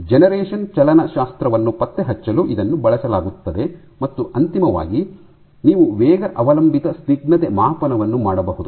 generation ಚಲನಶಾಸ್ತ್ರವನ್ನು ಪತ್ತೆಹಚ್ಚಲು ಇದನ್ನು ಬಳಸಲಾಗುತ್ತದೆ ಮತ್ತು ಅಂತಿಮವಾಗಿ ನೀವು ವೇಗ ಅವಲಂಬಿತ ಸ್ನಿಗ್ಧತೆ ಮಾಪನವನ್ನು ಮಾಡಬಹುದು